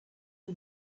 who